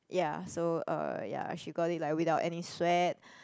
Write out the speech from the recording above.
ya so um ya she got it like without any sweat